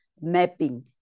mapping